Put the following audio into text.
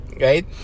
right